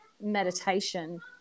meditation